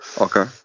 Okay